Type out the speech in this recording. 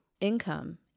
income